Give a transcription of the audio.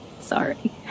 sorry